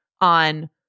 on